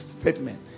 statement